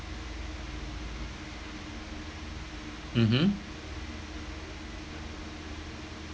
mmhmm